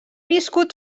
viscut